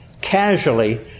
casually